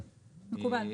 בסדר גמור, מקובל עלינו.